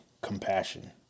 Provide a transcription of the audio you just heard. compassion